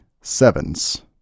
sevens